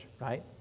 right